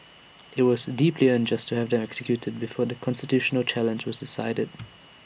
IT was deeply unjust to have than executed them before the constitutional challenge was decided